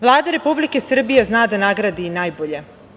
Vlada Republike Srbije zna da nagradi i najbolje.